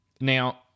Now